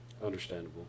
Understandable